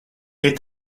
est